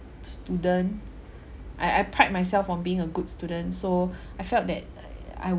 student I I pride myself on being a good student so I felt that I would